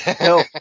no